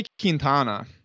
Quintana